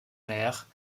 mère